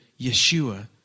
Yeshua